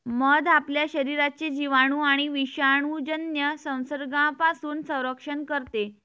मध आपल्या शरीराचे जिवाणू आणि विषाणूजन्य संसर्गापासून संरक्षण करते